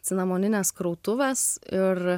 cinamoninės krautuvas ir